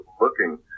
looking